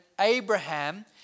Abraham